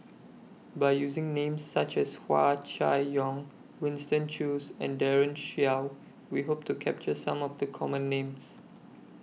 By using Names such as Hua Chai Yong Winston Choos and Daren Shiau We Hope to capture Some of The Common Names